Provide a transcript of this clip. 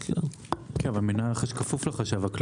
אבל מינהל הרכש כפוף לחשב הכללי.